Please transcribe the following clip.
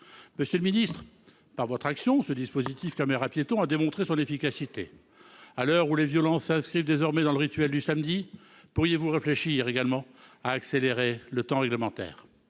Monsieur le ministre, par votre action, ce dispositif des caméras-piétons a démontré son efficacité. À l'heure où les violences s'inscrivent désormais dans le rituel du samedi, pourriez-vous réfléchir également à accélérer le temps réglementaire ?